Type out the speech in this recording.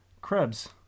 Krebs